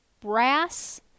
brass